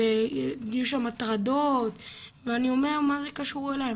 ויש שם הטרדות ואני אומר מה זה קשור אליי,